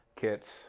kits